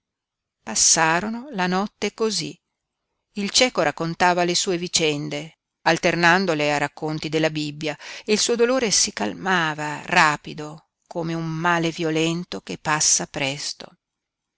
passarono la notte cosí il cieco raccontava le sue vicende alternandole a racconti della bibbia e il suo dolore si calmava rapido come un male violento che passa presto